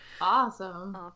awesome